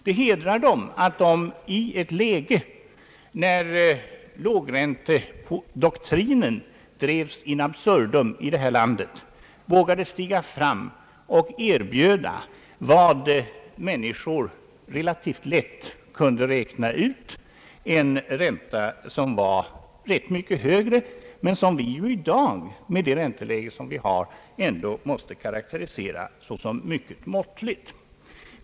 Det hedrar dem att de, i ett läge när lågräntedoktrinen drevs in absurdum i detta land, vågade stiga fram och erbjuda en ränta som, vilket människor relativt lätt kunde räkna ut, var rätt mycket högre än vad som då annars tillämpades. Men med det ränteläge vi har i dag måste vi ändå karakterisera den räntan som mycket måttlig.